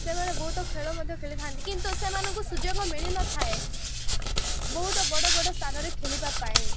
ସେମାନେ ବହୁତ ଖେଳ ମଧ୍ୟ ଖେଳିଥାନ୍ତି କିନ୍ତୁ ସେମାନଙ୍କୁ ସୁଯୋଗ ମିଳିନଥାଏ ବହୁତ ବଡ଼ ବଡ଼ ସ୍ଥାନରେ ଖେଳିବା ପାଇଁ